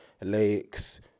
lakes